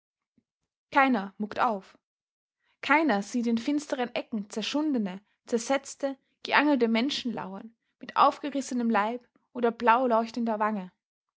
keiner muckt auf keiner sieht in finsteren ecken zerschundene zersetzte geangelte menschen lauern mit aufgerissenem leib oder blauleuchtender wange